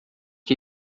que